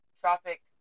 Tropic